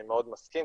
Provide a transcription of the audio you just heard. אני מאוד מסכים,